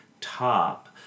top